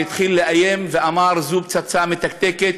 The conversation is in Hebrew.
התחיל לאיים ואמר: זו פצצה מתקתקת,